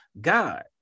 God